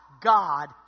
God